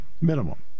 Minimum